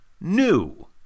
new